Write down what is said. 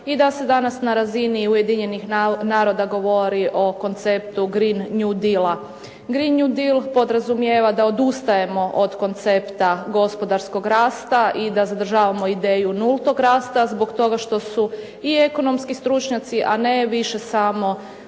i da se danas na razini Ujedinjenih naroda govori o konceptu "Green new deala". "Green new deal" podrazumijeva da odustajemo od koncepta gospodarskog rasta i da zadržavamo ideju nultog rasta zbog toga što su i ekonomski stručnjaci a ne više samo